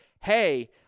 Hey